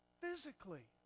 physically